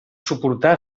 suportar